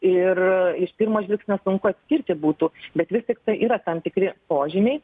ir iš pirmo žvilgsnio sunku atskirti būtų bet vis tiktai yra tam tikri požymiai